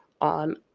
on